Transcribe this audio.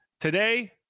today